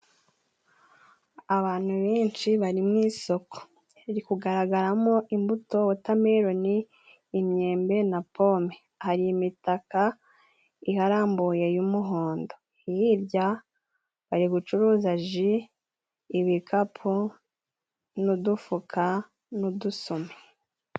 Abantu benshi bari mu isoko. Riri kugaragaramo imbuto wotameloni, imyembe na pome. Hari imitaka iharambuye y'umuhondo. Hirya bari gucuruza ji, ibikapu n'udufuka n'udusume.